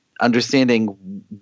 understanding